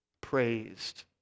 praised